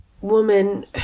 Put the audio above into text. woman